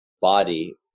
body